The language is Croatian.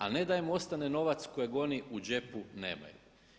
A ne da im ostane novac kojeg oni u džepu nemaju.